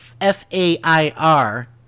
f-a-i-r